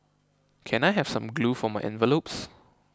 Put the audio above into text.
can I have some glue for my envelopes